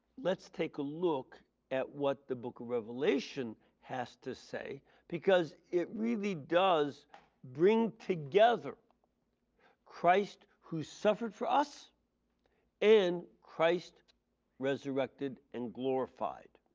let us take a look at what the book of revelation has to say because it really does bring together christ who suffered for us and christ resurrected and glorified.